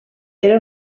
era